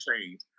change